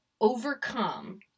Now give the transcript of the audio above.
overcome